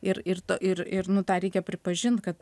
ir ir to ir ir nu tą reikia pripažint kad